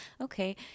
Okay